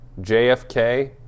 JFK